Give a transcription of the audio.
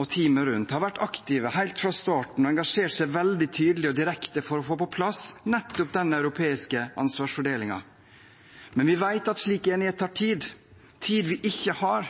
og teamet rundt. De har vært aktive helt fra starten og engasjert seg veldig tydelig og direkte for å få på plass nettopp den europeiske ansvarsfordelingen. Men vi vet at slik enighet tar tid, tid vi ikke har,